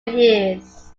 years